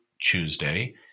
Tuesday